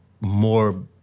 more